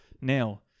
Now